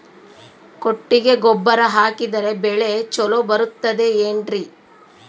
ಕೊಟ್ಟಿಗೆ ಗೊಬ್ಬರ ಹಾಕಿದರೆ ಬೆಳೆ ಚೊಲೊ ಬರುತ್ತದೆ ಏನ್ರಿ?